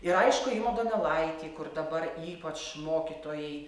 ir aišku ima donelaitį kur dabar ypač mokytojai